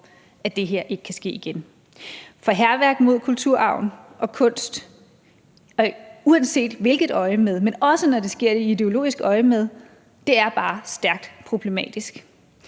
at det her ikke kan ske igen. Hærværk mod kulturarven og kunst – uanset i hvilket øjemed, også når det sker i ideologisk øjemed – er bare stærkt problematisk.